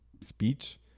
speech